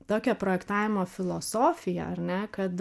tokia projektavimo filosofija ar ne kad